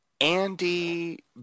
Andy